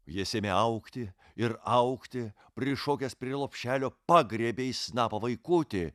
jis ėmė augti ir augti prišokęs prie lopšelio pagriebė į snapą vaikutį